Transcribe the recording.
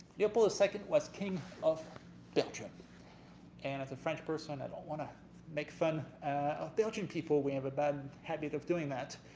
leopold ii was king of belgium and as a french person i don't want to make fun of belgian people, we have a bad habit of doing that,